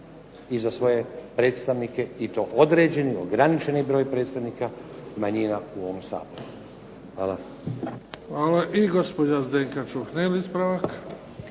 i za svoje predstavnike i to određeni, ograničeni broj predstavnika manjina u ovom Saboru. Hvala. **Bebić, Luka (HDZ)** Hvala. I gospođa Zdenka Čuhnil, ispravak.